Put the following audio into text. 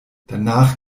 danach